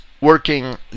working